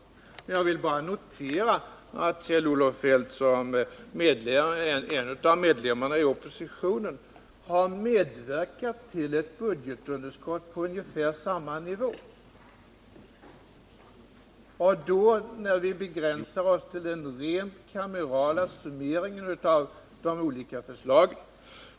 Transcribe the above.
Men jag vill notera att Kjell-Olof Feldt, som en av medlemmarna i oppositionen, har medverkat till att utarbeta ett budgetalternativ med ett budgetunderskott på ungefär samma nivå, om vi begränsar oss till den rent kamerala summeringen av de olika förslagen.